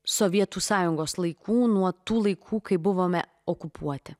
sovietų sąjungos laikų nuo tų laikų kai buvome okupuoti